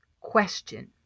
Question